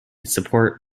support